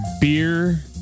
beer